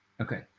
Okay